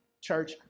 Church